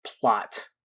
plot